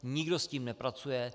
Nikdo s tím nepracuje.